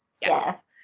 Yes